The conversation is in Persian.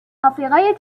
آفریقای